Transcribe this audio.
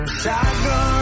shotgun